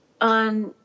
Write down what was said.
on